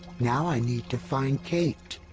now i need to find kate.